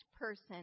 person